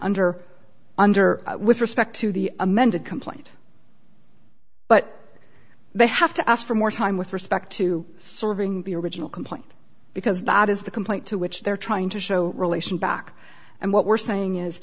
under under with respect to the amended complaint but they have to ask for more time with respect to serving the original complaint because that is the complaint to which they're trying to show relation back and what we're saying is